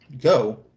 go